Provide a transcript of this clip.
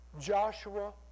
Joshua